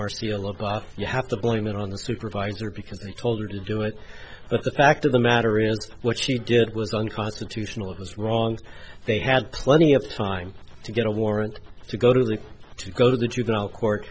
but you have to blame it on the supervisor because they told her to do it but the fact of the matter is what she did was unconstitutional it was wrong they had plenty of time to get a warrant to go to the to go to the juvenile court